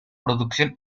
producción